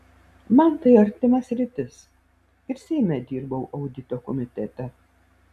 man tai artima sritis ir seime dirbau audito komitete